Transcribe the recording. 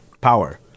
Power